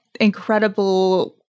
incredible